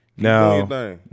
Now